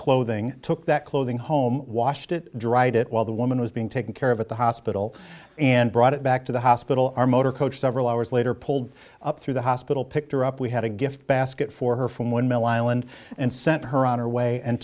clothing took that clothing home washed it dried it while the woman was being taken care of at the hospital and brought it back to the hospital our motor coach several hours later pulled up through the hospital picked her up we had a gift basket for her from one mil island and sent her on her way and